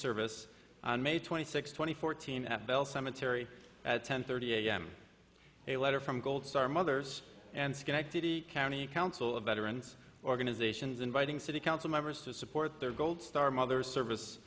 service on may twenty sixth twenty fourteen at bell cemetery at ten thirty a m a letter from gold star mothers and schenectady county council of veterans organizations inviting city council members to support their gold star mothers service